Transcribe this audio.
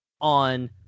on